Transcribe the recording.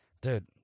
dude